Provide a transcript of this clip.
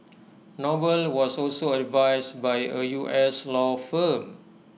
noble was also advised by A U S law firm